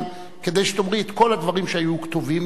כדי שתאמרי את כל הדברים שהיו כתובים.